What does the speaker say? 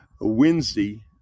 wednesday